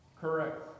Correct